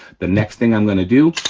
the next thing i'm gonna do,